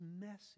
message